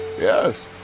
Yes